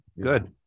good